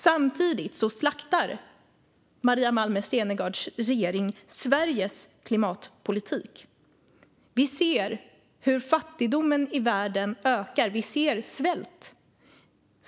Samtidigt slaktar Maria Malmer Stenergards regering Sveriges klimatpolitik. Vi ser hur fattigdomen i världen ökar; vi ser svält.